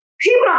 People